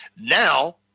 Now